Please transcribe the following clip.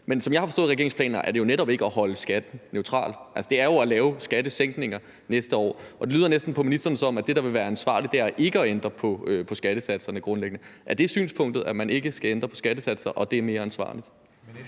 Men som jeg har forstået regeringens planer, er det jo netop ikke at holde skatten neutral; det er jo at lave skattesænkninger næste år. Det lyder næsten på ministeren, som om det, der ville være ansvarligt, grundlæggende er ikke at ændre på skattesatserne. Er det synspunktet, at man ikke skal ændre på skattesatserne, og at det er mere ansvarligt?